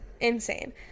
insane